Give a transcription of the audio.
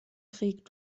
krieg